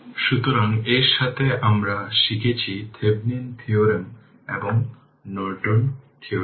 সুতরাং এই ক্ষেত্রে যা হবে তাই হবে 3 i2 12 এভাবে 12 i1 i2 Vo একই ফলাফল পাবেন